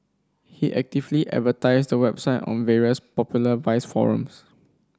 he actively advertised the website on various popular vice forums